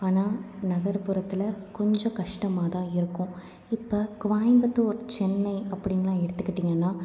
ஆனால் நகரப்புறத்தில் கொஞ்சம் கஷ்டமாக தான் இருக்கும் இப்போ கோயம்பத்தூர் சென்னை அப்படின்லாம் எடுத்துக்கிட்டிங்கன்னா